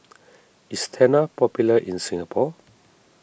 is Tena popular in Singapore